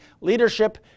leadership